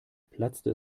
platzte